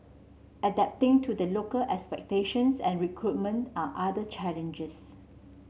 adapting to the local expectations and recruitment are other challenges